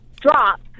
drop